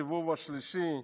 הסיבוב השלישי,